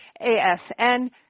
asn